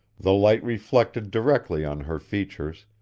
the light reflected directly on her features,